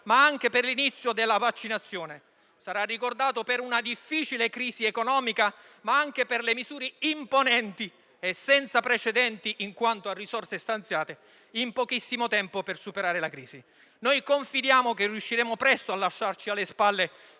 ma anche per l'inizio della vaccinazione; sarà ricordato per una difficile crisi economica, ma anche per le misure imponenti e senza precedenti in quanto a risorse stanziate in pochissimo tempo per superare la crisi. Confidiamo che riusciremo presto a lasciarci alle spalle